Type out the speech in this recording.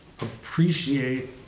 appreciate